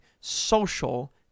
social